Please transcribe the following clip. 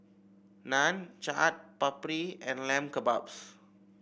Naan Chaat Papri and Lamb Kebabs